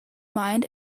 mind